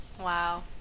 Wow